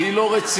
כי היא לא רצינית,